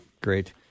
great